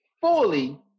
fully